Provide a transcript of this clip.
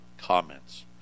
comments